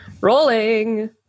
Rolling